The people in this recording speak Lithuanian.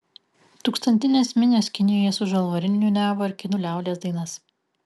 tūkstantinės minios kinijoje su žalvariniu niūniavo ir kinų liaudies dainas